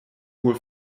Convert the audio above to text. wohl